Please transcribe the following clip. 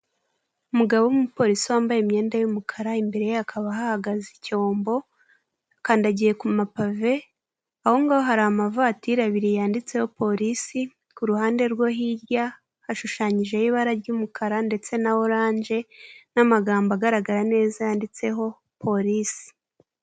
Umugabo w'umupolisi wambaye imyenda y'umukara, imbere ye hakaba hahagaze icyombo, akandagiye ku mapave, aho ngaho hari amavatiri abiri yanditseho polisi, ku ruhande rwo hirya hashushanyijeho ibara ry'umukara ndetse na oranje n'amagambo agaragara neza yanditseho polisi.